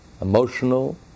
emotional